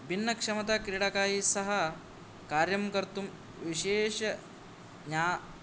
भिन्नक्षमताक्रीडकैस्सह कार्यं कर्तुं विशेष ज्ञा